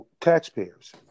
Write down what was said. taxpayers